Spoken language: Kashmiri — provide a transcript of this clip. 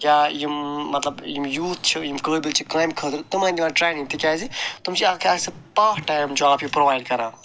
یا یِم مطلب یِم یوٗتھ چھِ یِم قٲبِل چھِ کامہِ خٲطرٕ تِمَن دِوان ٹرٛینِنٛگ تِکیٛازِ تِم چھِ اَکھ اَسہِ پارٹ ٹایم جاب ہیوٚو پرٛووایِڈ کران